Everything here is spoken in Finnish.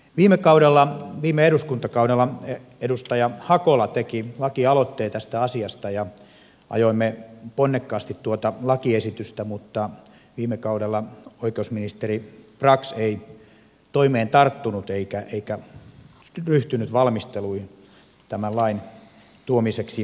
viime kaudella viime eduskuntakaudella edustaja hakola teki lakialoitteen tästä asiasta ja ajoimme ponnekkaasti tuota lakiesitystä mutta viime kaudella oikeusministeri brax ei toimeen tarttunut eikä ryhtynyt valmisteluun tämän lain tuomiseksi eduskuntaan